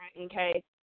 okay